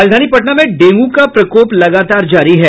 राजधानी पटना में डेंगू का प्रकोप लगातार जारी है